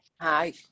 hi